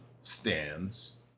stands